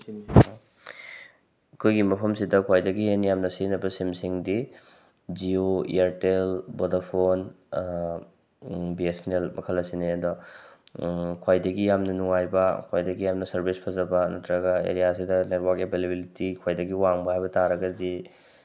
ꯑꯩꯈꯣꯏꯒꯤ ꯃꯐꯝꯁꯤꯗ ꯈ꯭ꯋꯥꯏꯗꯒꯤ ꯍꯦꯟꯅ ꯌꯥꯝꯅ ꯁꯤꯖꯤꯟꯅꯕ ꯁꯤꯝꯁꯤꯡꯗꯤ Jio Airtel Vodafone B S N L ꯃꯈꯜ ꯑꯁꯤꯅꯤ ꯑꯗꯣ ꯈ꯭ꯋꯥꯏꯗꯒꯤ ꯌꯥꯝꯅ ꯅꯨꯡꯉꯥꯏꯕ ꯈ꯭ꯋꯥꯏꯗꯒꯤ ꯌꯥꯝꯅ ꯁꯔꯚꯤꯁ ꯐꯖꯕ ꯅꯠꯇ꯭ꯔꯒ ꯑꯦꯔꯤꯌꯥꯁꯤꯗ ꯂꯩꯕꯥꯛ ꯑꯦꯚꯦꯂꯦꯕꯦꯂꯤꯇꯤ ꯈ꯭ꯋꯥꯏꯗꯒꯤ ꯋꯥꯡꯕ ꯍꯥꯏꯕ ꯇꯥꯔꯒꯗꯤ